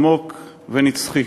עמוק ונצחי.